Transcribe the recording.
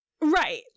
Right